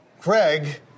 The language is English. Craig